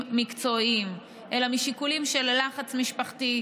מקצועיים אלא משיקולים של לחץ משפחתי,